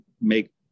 make